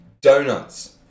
donuts